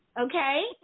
Okay